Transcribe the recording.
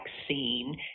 vaccine